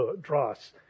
dross